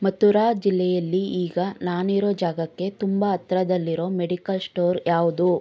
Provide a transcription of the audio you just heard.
ಮಥುರಾ ಜಿಲ್ಲೆಯಲ್ಲಿ ಈಗ ನಾನಿರೋ ಜಾಗಕ್ಕೆ ತುಂಬ ಹತ್ರದಲ್ಲಿರೋ ಮೆಡಿಕಲ್ ಸ್ಟೋರ್ ಯಾವುದು